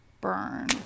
Burn